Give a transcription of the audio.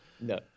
No